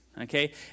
okay